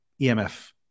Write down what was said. EMF